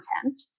content